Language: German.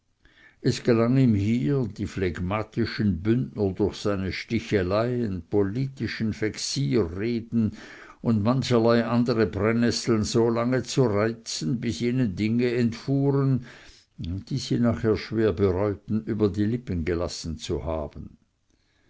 es gelang ihm hier die phlegmatischen bündner durch seine sticheleien politischen vexierreden und mancherlei andere brennesseln so lange zu reizen bis ihnen dinge entfuhren die sie nachher schwer bereuten über die lippen gelassen zu haben